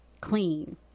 clean